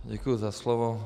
Děkuji za slovo.